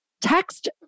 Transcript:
text